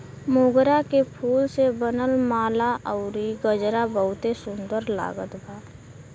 मोगरा के फूल से बनल माला अउरी गजरा बहुते सुन्दर लागत बा